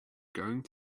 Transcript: going